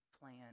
Plan